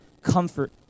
comfort